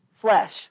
flesh